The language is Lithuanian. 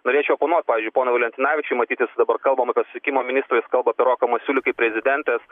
norėčiau oponuot pavyzdžiui poną valentinavičių matyt jis dabar kalbam apie susisiekimo ministrą jis kalba apie roką masiulį kaip prezidentės